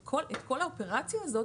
את כל האופרציה הזאת,